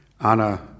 Anna